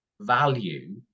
value